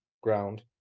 ground